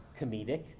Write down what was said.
comedic